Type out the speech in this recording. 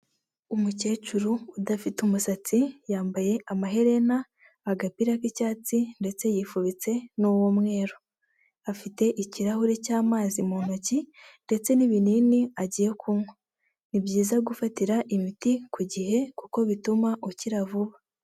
Umukecuru udafite umusatsi yambaye amaherena, agapira k'icyatsi ndetse yifubitse nuw'umweru, afite ikirahure cy'amazi mu ntoki ndetse n'ibinini agiye kunywa, ni byiza gufatira imiti ku gihe kuko bituma ukira vuba.